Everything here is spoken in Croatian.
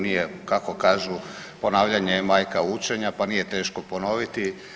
Nije kako kažu ponavljanje je majka učenja pa nije teško ponoviti.